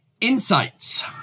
insights